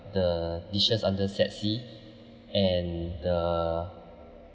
the dishes under set C and the